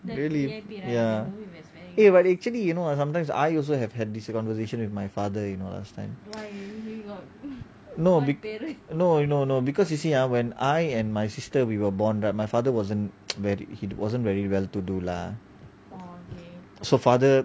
really ya eh but actually you know like sometimes I also have had this conversation with my father you know last time no because no no no because you see ah when I and my sister we were born but my father wasn't he wasn't very well to do lah so father